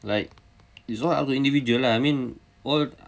like it's all up to individual lah I mean all